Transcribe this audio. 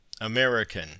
American